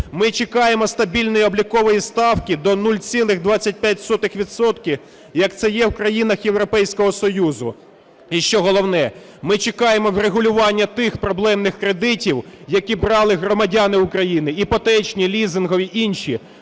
Ми чекаємо стабільної облікової ставки до 0,25 відсотка, як це є в країнах Європейського Союзу. І, що головне, ми чекаємо врегулювання тих проблемних кредитів, які брали громадяни України – іпотечні, лізингові, інші,